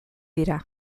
dira